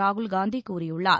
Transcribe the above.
ராகுல்காந்தி கூறியுள்ளார்